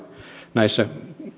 näissä